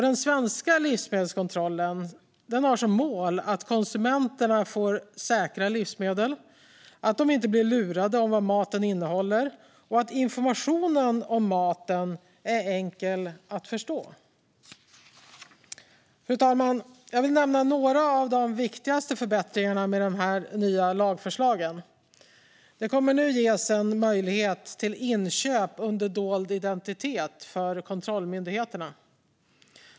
Den svenska livsmedelskontrollens mål är att konsumenterna får säkra livsmedel, att de inte blir lurade när det gäller vad maten innehåller och att informationen om maten är enkel att förstå. Fru talman! Jag vill nämna några av de viktigaste förbättringarna med de här nya lagförslagen. Det kommer nu att ges en möjlighet till inköp under dold identitet för kontrollmyndigheterna.